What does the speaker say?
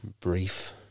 brief